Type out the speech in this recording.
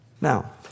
Now